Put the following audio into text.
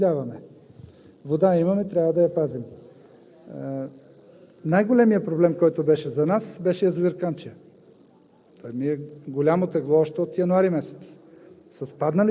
така че нашите усилия би трябвало да са насочени там – вода имаме, но я разпиляваме. Вода имаме – трябва да я пазим. Най-големият проблем беше за нас язовир „Камчия“.